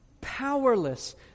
powerless